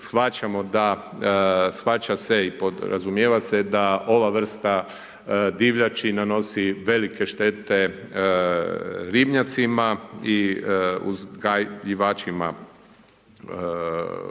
shvaća se i podrazumijeva se da ova vrsta divljači nanosi velike štete ribnjacima i uzgajivačima obrtima,